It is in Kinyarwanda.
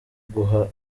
guha